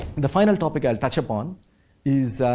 the final topic i'll touch upon is